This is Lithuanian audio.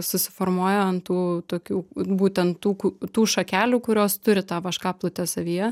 susiformuoja ant tų tokių būtent tų tų šakelių kurios turi tą vaškaplutę savyje